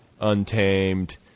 untamed